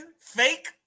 Fake